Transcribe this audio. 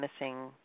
missing